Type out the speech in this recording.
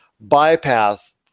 bypass